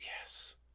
Yes